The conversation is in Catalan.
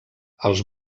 els